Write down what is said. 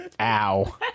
Ow